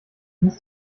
muss